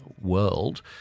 world